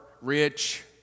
rich